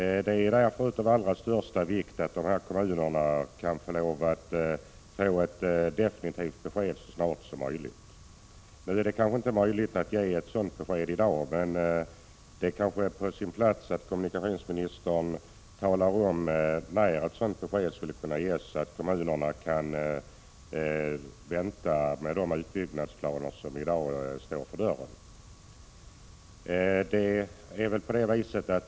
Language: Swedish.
Det är därför av allra största vikt att kommunerna kan få ett definitivt besked så snart som möjligt. Det är kanske inte möjligt att ge ett sådant besked i dag, men det är möjligen på sin plats att kommunikationsministern talar om när ett sådant kan lämnas, så att kommunerna till dess kan vänta med genomförandet av utbyggnadsplaner som i dag är aktuella.